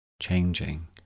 changing